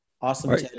awesome